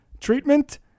treatment